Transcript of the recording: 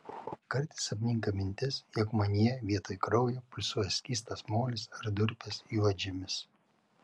kartais apninka mintis jog manyje vietoj kraujo pulsuoja skystas molis ar durpės juodžemis